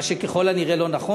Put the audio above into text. מה שככל הנראה לא נכון.